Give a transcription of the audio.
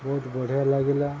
ବହୁତ ବଢ଼ିଆ ଲାଗିଲା